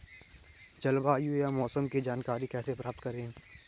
जलवायु या मौसम की जानकारी कैसे प्राप्त करें?